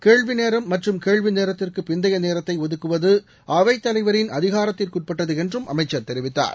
கேள்விநேரம் மற்றும் கேள்வி நேரத்திற்கு பிந்தைய நேரத்தை ஒதுக்குவது அவைத்தலைவரின் அதிகாரத்திற்குட்பட்டது என்றும் அமைச்சர் தெரிவித்தார்